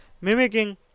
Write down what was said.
mimicking